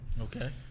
Okay